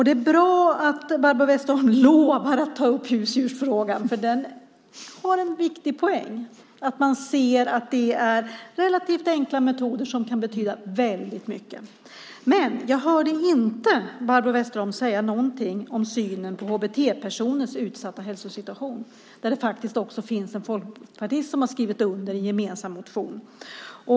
Det är bra att Barbro Westerholm lovar att ta upp husdjursfrågan, för den har en viktig poäng, att man ser att det är relativt enkla metoder som kan betyda väldigt mycket. Men jag hörde inte Barbro Westerholm säga någonting om synen på HBT-personers utsatta hälsosituation, där det faktiskt också finns en folkpartist som har skrivit under en gemensam motion.